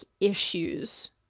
issues